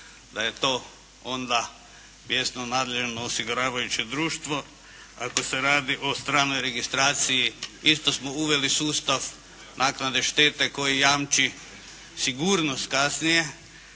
da je to onda mjesno nadležno osiguravajuće društvo. Ako se radi o stranoj registraciji isto smo uveli sustav naknade štete koji jamči sigurnost kasnije,